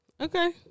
Okay